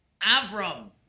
Avram